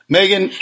Megan